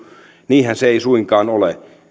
niinhän se ei suinkaan ole